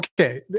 okay